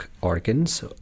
organs